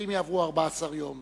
ואם יעברו 14 יום